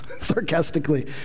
sarcastically